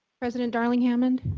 president darling-hammond